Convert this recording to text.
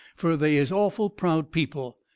fur they is awful proud people.